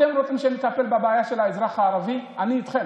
אתם רוצים שנטפל בבעיה של האזרח הערבי, אני איתכם.